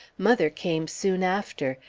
mother came soon after,